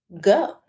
go